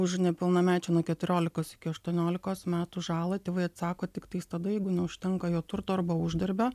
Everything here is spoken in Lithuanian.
už nepilnamečio nuo keturiolikos iki aštuoniolikos metų žalą tėvai atsako tiktais tada jeigu neužtenka jo turto arba uždarbio